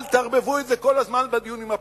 אל תערבבו את זה כל הזמן בדיון על הפליטים.